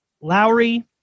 Lowry